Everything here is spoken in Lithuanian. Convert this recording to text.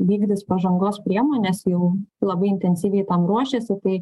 vykdys pažangos priemonės jau labai intensyviai tam ruošiasi tai